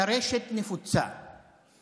טרשת נפוצה.